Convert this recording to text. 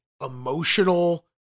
emotional